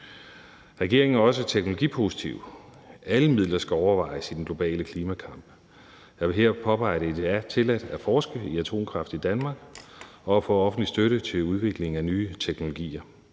Regeringen er også teknologipositiv. Alle midler skal overvejes i den globale klimakamp. Jeg vil her påpege, at det er tilladt at forske i atomkraft i Danmark og at få offentlig støtte til udvikling af nye teknologier.